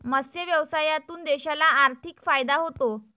मत्स्य व्यवसायातून देशाला आर्थिक फायदा होतो